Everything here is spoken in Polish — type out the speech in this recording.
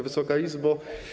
Wysoka Izbo!